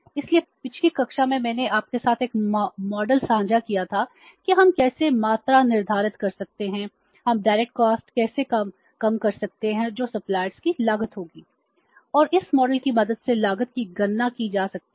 इसलिए indirect cost को लागत होगी